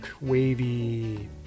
wavy